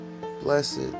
blessed